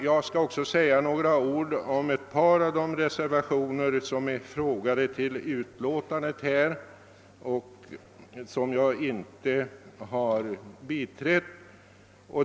Jag skall också säga några ord om ett par av de reservationer, som är fogade till tredje lagutskottets utlåtande nr 35 och vilka jag inte har biträtt.